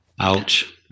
Ouch